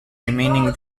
remaining